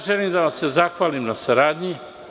Želim da vam se zahvalim na saradnji.